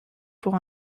pour